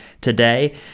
today